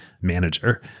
manager